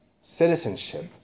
citizenship